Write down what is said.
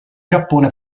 giappone